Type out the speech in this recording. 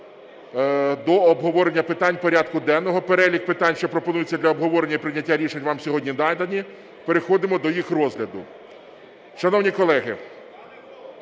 до обговорення питань порядку денного. Перелік питань, що пропонуються для обговорення і прийняття рішень, вам сьогодні надані, переходимо до їх розгляду. Шановні колеги!